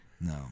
No